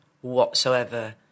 whatsoever